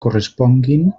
corresponguin